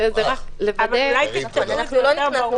זה רק לוודא --- אולי תכתבו את זה יותר ברור.